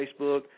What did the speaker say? Facebook